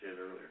earlier